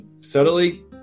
subtly